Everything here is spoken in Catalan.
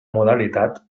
modalitat